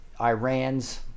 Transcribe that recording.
Iran's